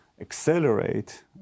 accelerate